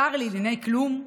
שר לעניין כלום,